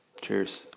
Cheers